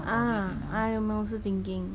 ah I am also thinking